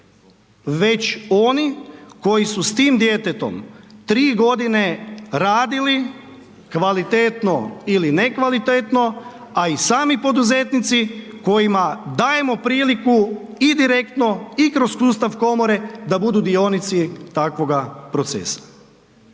već oni koji su s tim djetetom tri godine radili kvalitetno ili ne kvalitetno, a i sami poduzetnici kojima dajemo priliku i direktno i kroz sustav komore da budu dionici takvoga procesa.